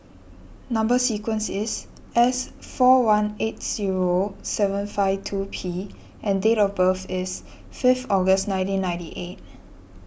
Number Sequence is S four one eight zero seven five two P and date of birth is fifth August nineteen ninety eight